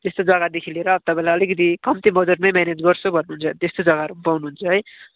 त्यस्तो जग्गादेखि लिएर तपाईँले अलिकति कम्ती बजटमै म्यानेज गर्छु भन्नुहुन्छ भने त्यस्तो जग्गाहरू पनि पाउनुहुन्छ है